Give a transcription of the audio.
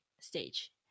stage